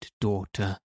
daughter